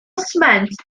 sment